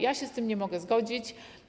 Ja się z tym nie mogę zgodzić.